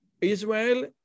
Israel